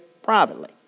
Privately